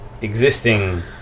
existing